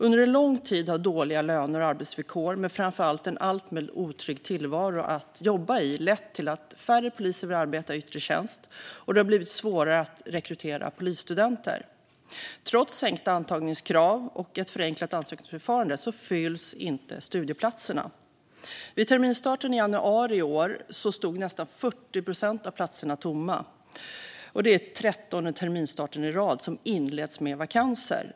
Under lång tid har dåliga löner och arbetsvillkor, men framför allt en alltmer otrygg tillvaro att jobba i, lett till att färre poliser vill arbeta i yttre tjänst. Det har också blivit svårare att rekrytera polisstudenter. Trots sänkta antagningskrav och ett förenklat ansökningsförfarande fylls inte studieplatserna. Vid terminsstarten i januari i år stod nästan 40 procent av platserna tomma. Det är den 13:e terminsstarten i rad som inleds med vakanser.